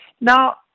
Now